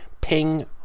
ping